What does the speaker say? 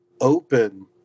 open